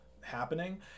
happening